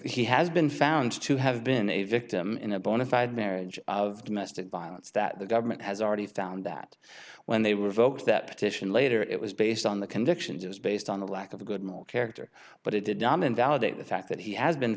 he has been found to have been a victim in a bonafide marriage of domestic violence that the government has already found that when they revoke that petition later it was based on the conviction just based on the lack of good moral character but it did naaman validate the fact that he has been